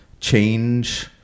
change